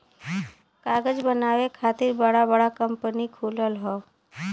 कागज बनावे खातिर बड़ा बड़ा कंपनी खुलल हौ